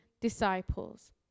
disciples